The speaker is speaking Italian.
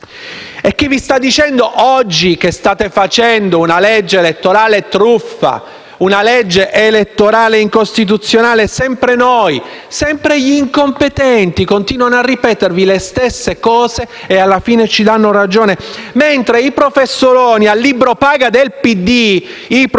Chi vi sta dicendo oggi che state facendo una legge elettorale truffa, una legge elettorale incostituzionale? Sempre noi, sempre gli incompetenti, che continuano a ripetere le stesse cose e alla fine hanno ragione. Invece, i professoroni al libro paga del Partito Democratico